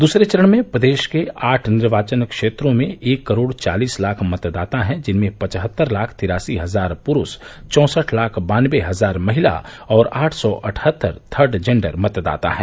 दूसरे चरण में प्रदेश के आठ निर्वाचन क्षेत्रों में एक करोड़ चालीस लाख मतदाता हैं जिनमें पचहत्तर लाख तिरासी हजार पुरूष चौसठ लाख बान्नवे हजार महिला और आठ सौ अठहत्तर थर्ड जेंडर मतदाता है